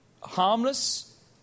harmless